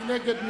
מי נגד?